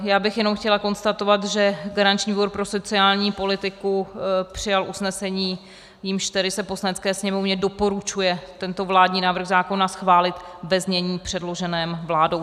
Já bych jenom chtěla konstatovat, že garanční výbor pro sociální politiku přijal usnesení, jímž se Poslanecké sněmovně doporučuje tento vládní návrh zákona schválit ve znění předloženém vládou.